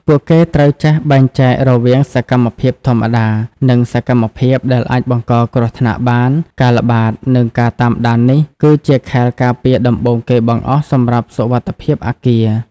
ពួកគេត្រូវចេះបែងចែករវាងសកម្មភាពធម្មតា និងសកម្មភាពដែលអាចបង្កគ្រោះថ្នាក់បាន ការល្បាត និងការតាមដាននេះ គឺជាខែលការពារដំបូងគេបង្អស់សម្រាប់សុវត្ថិភាពអគារ។